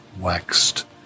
waxed